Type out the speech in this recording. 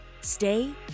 stay